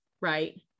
right